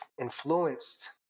influenced